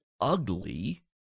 ugly